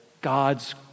God's